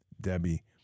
Debbie